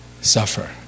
suffer